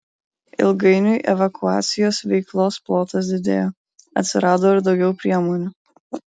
ilgainiui evakuacijos veiklos plotas didėjo atsirado ir daugiau priemonių